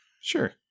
Sure